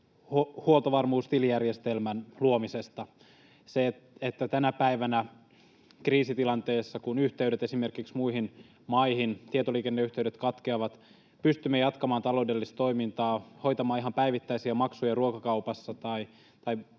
huoltovarmuustilijärjestelmän luomisesta. Se, että tänä päivänä kriisitilanteessa, kun tietoliikenneyhteydet esimerkiksi muihin maihin katkeavat, pystymme jatkamaan taloudellista toimintaa, hoitamaan ihan päivittäisiä maksuja ruokakaupassa tai